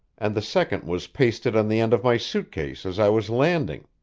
and the second was pasted on the end of my suit case as i was landing.